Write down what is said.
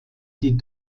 die